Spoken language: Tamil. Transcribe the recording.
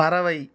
பறவை